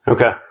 Okay